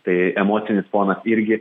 tai emocinis fonas irgi